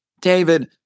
David